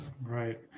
right